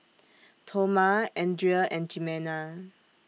Toma Andrea and Jimena